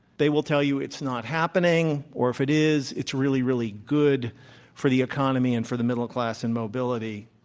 they will tell you it's not happening, or if it is, it's really, really good for the economy and for the middle class in mobility.